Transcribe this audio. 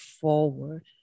forward